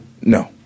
No